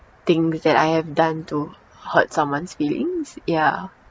things that I have done to hurt someone's feelings ya